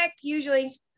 usually